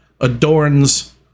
adorns